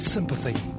Sympathy